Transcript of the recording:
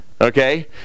Okay